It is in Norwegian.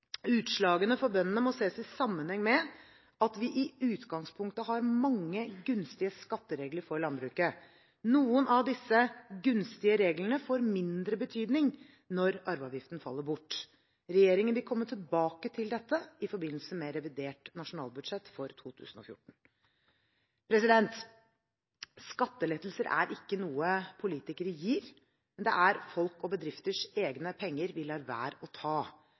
Utslagene for bøndene må ses i sammenheng med at vi i utgangspunktet har mange gunstige skatteregler for landbruket. Noen av disse gunstige reglene får mindre betydning når arveavgiften faller bort. Regjeringen vil komme tilbake til dette i forbindelse med revidert nasjonalbudsjett for 2014. Skattelettelser er ikke noe politikere gir, men det er folk og bedrifters egne penger vi lar være å ta.